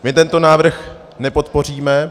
My tento návrh nepodpoříme.